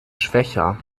schwächer